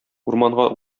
урманга